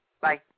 Bye